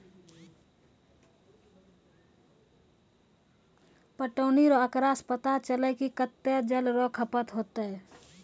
पटौनी रो आँकड़ा से पता चलै कि कत्तै जल रो खपत होतै